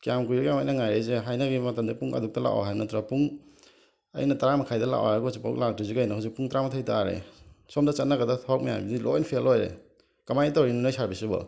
ꯀꯌꯥꯝ ꯀꯨꯏꯔꯒꯦ ꯌꯦꯡꯉꯣ ꯑꯩꯅ ꯉꯥꯏꯔꯏꯁꯦ ꯍꯥꯏꯅꯈꯤꯕ ꯃꯇꯝꯗ ꯄꯨꯡ ꯑꯗꯨꯛꯇ ꯂꯥꯛꯑꯣ ꯍꯥꯏꯕ ꯅꯠꯇ꯭ꯔꯣ ꯄꯨꯡ ꯑꯩꯅ ꯇꯔꯥ ꯃꯈꯥꯏꯗ ꯂꯥꯛꯑꯣ ꯍꯥꯏꯕꯒ ꯍꯧꯖꯤꯛꯐꯥꯎ ꯂꯥꯛꯇ꯭ꯔꯤꯁꯦ ꯀꯩꯅꯣ ꯍꯧꯖꯤꯛ ꯄꯨꯡ ꯇꯔꯥꯃꯥꯊꯣꯏ ꯇꯥꯔꯦ ꯁꯣꯝꯗ ꯆꯠꯅꯒꯗ ꯊꯕꯛ ꯃꯌꯥꯝꯁꯤꯗꯤ ꯂꯣꯏꯅ ꯐꯦꯜ ꯑꯣꯏꯔꯦ ꯀꯃꯥꯏꯅ ꯇꯧꯔꯤꯅꯣ ꯅꯣꯏ ꯁꯥꯔꯕꯤꯁꯁꯤꯕꯣ